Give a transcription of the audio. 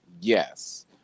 yes